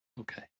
Okay